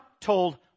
told